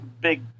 big